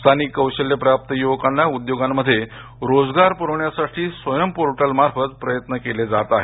स्थानिक कौशल्यप्राप्त य्वकांना उद्योगांमध्ये रोजगार प्रवण्यासाठी स्वयं पोर्टल मार्फत प्रयत्न केले जात आहेत